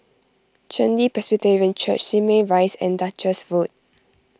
Chen Li Presbyterian Church Simei Rise and Duchess Food